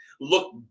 look